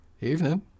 Evening